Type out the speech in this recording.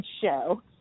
show